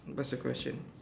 what's the question